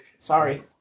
Sorry